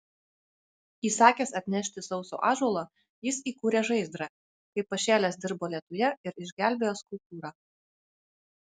įsakęs atnešti sauso ąžuolo jis įkūrė žaizdrą kaip pašėlęs dirbo lietuje ir išgelbėjo skulptūrą